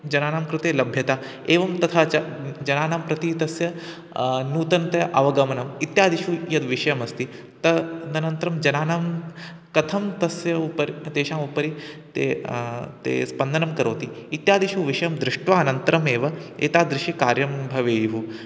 जनानां कृते लभ्यता एवं तथा च जनानां प्रति तस्य नूतनतया अवगमनम् इत्यादिषु यद्विषयमस्ति तदनन्तरं जनानां कथं तस्य उपरि तेषाम् उपरि ते ते स्पदनं करोति इत्यादिषु विषयं दृष्ट्वा अनन्तरमेव एतादृशं कार्यं भवेयुः